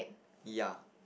yeah